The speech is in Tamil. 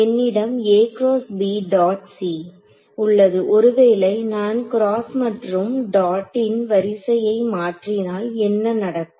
என்னிடம் உள்ளது ஒருவேளை நான் கிராஸ் மற்றும் டாடின் வரிசையை மாற்றினால் என்ன நடக்கும்